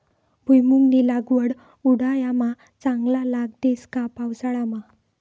भुईमुंगनी लागवड उंडायामा चांगला लाग देस का पावसाळामा